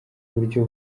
uburyo